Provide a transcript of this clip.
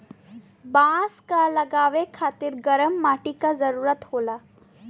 बांस क लगावे खातिर गरम मट्टी क जरूरत होला